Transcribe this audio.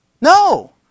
No